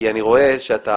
כי אני רואה שאתה